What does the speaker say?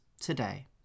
today